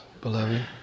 beloved